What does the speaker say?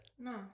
No